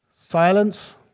Silence